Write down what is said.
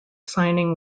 signing